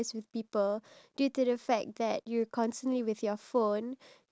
they're not devices that actually give out